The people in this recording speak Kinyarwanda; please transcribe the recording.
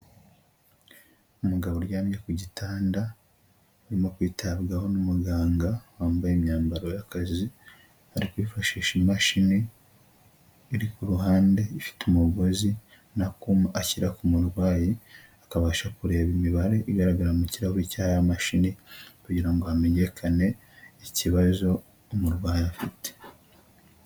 Umugabo uryamye ku gitanda, urimo kwitabwaho n'umuganga wambaye imyambaro y'akazi, ari kwifashisha imashini iri ku ruhande ifite umugozi, ubona ko ashyira ku murwayi, akabasha kureba imibare igaragara mu kirahuri cya ya mashini kugira ngo hamenyekane ikibazo umurwayi afite.